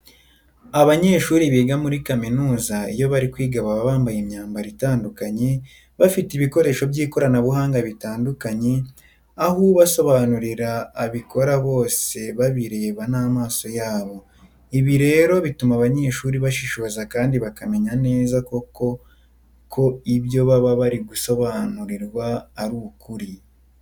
Abanyeshuri biga muri kaminuza iyo bari kwiga baba bambaye imyambaro itandukanye, bafite ibikoresho by'ikoranabuhanga bitandukanye aho ubasobanurira abikora bose babireba n'amaso yabo. Ibi rero bituma abanyeshuri bashishoza kandi bakamenya neza koko ko ibyo baba bari gusobanurirwa ari ukuri.